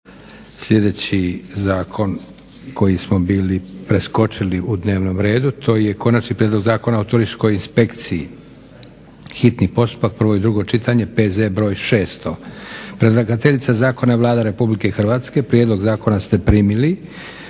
sljedeći zakon koji smo bili preskočili u dnevnom redu. To je - Konačni prijedlog zakona o Turističkoj inspekciji, hitni postupak, prvo i drugo čitanje, P.Z. br. 600. Predlagateljica zakona je Vlada Republike Hrvatske. Prijedlog zakona ste primili.